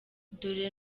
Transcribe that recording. dore